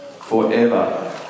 forever